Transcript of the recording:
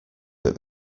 that